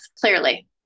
clearly